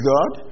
God